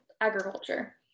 agriculture